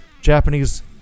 Japanese